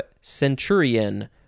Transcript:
centurion